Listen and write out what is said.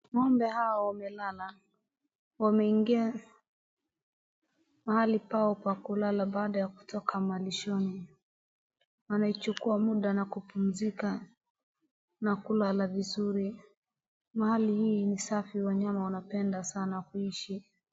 Ng'ombe hawa wamelala, wameingia mahali pao pa kulala baada ya kutoka malishoni, wanaichukua muda na kupumzika na kulala vizuri, mahali hii ni safi wanyama wanapenda sana kuishi.